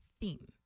theme